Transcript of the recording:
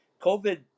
COVID